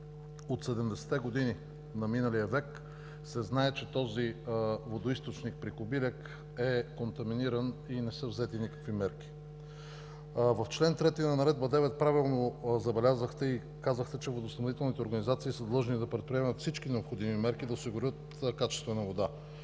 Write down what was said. от 70 те години на миналия век се знае, че този водоизточник при Кобиляк е контаминиран и не са взети никакви мерки. В чл. 3 на Наредба № 9 правилно забелязахте и казахте, че водоснабдителните организации са длъжни да предприемат всички необходими мерки да осигурят качествена вода.